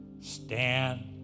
Stand